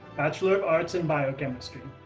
bachelor of arts in biochemistry.